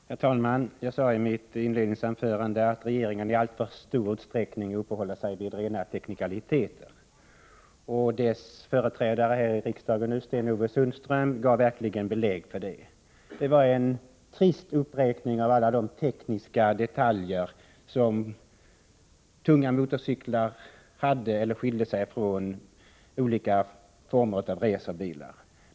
Herr talman! Jag sade i mitt inledningsanförande att regeringen i alltför stor utsträckning uppehåller sig vid rena teknikaliteter, och dess företrädare här i riksdagen nu Sten-Ove Sundström gav verkligen belägg för det. Han gjorde en trist uppräkning av alla de tekniska detaljer som tunga motorcyklar har eller inte har gemensamt med olika former av racerbilar.